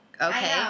okay